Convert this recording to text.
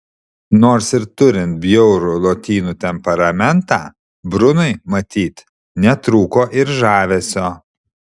nors ir turint bjaurų lotynų temperamentą brunui matyt netrūko ir žavesio